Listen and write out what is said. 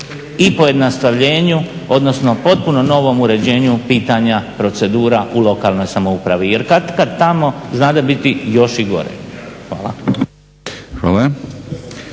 i pojednostavljenju, odnosno potpuno novom uređenju pitanja procedura u lokalnoj samoupravi. Jer kad kad tamo znade biti još i gore. Hvala.